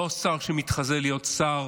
לא שר שמתחזה להיות שר